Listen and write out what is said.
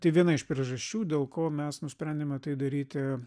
tai viena iš priežasčių dėl ko mes nusprendėme tai daryti